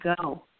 go